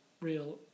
real